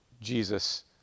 Jesus